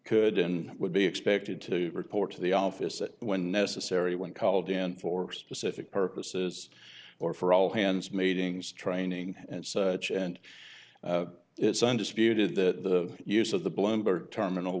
couldn't would be expected to report to the office that when necessary when called in for specific purposes or for all hands meetings training and such and it's undisputed that the use of the bloomberg terminal